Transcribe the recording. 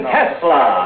Tesla